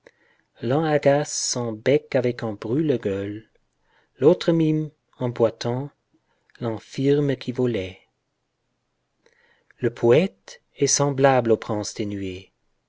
son bec avec un brûle-gueule l'autre mime en boitant l'infirme qui volait le poète est semblable au prince